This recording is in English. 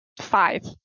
five